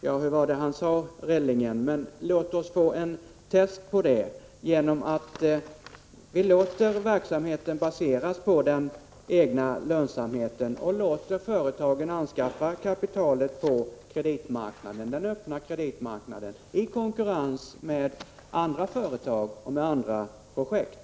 Ja, hur var det han sade, Rellingen? Men låt oss få en test på det! Vi låter den statliga verksamheten baseras på den egna lönsamheten och låter företagen anskaffa kapitalet på den öppna kreditmarknaden i konkurrens med andra företag och med andra projekt.